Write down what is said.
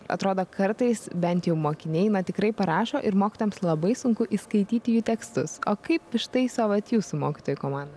atrodo kartais bent jau mokiniai na tikrai parašo ir mokytojams labai sunku įskaityti jų tekstus o kaip ištaiso vat jūsų mokytojų komanda